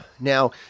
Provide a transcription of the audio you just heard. Now